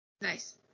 Nice